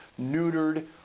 neutered